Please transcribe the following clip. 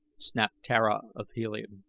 snapped tara of helium.